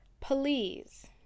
Please